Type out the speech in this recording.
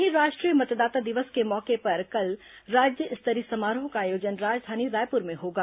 वहीं राष्ट्रीय मतदाता दिवस के मौके पर कल राज्य स्तरीय समारोह का आयोजन राजधानी रायपुर में होगा